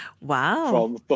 Wow